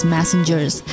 Messengers